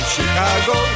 Chicago